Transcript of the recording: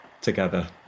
together